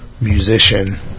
musician